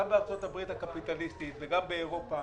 גם בארצות הברית הקפיטליסטית וגם באירופה